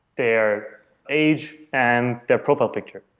their age and their profile picture.